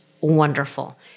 wonderful